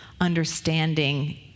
understanding